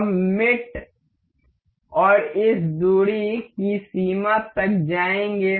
हम मेट और इस दूरी की सीमा तक जाएंगे